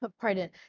pardon